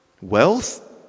Wealth